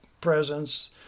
presence